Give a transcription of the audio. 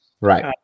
Right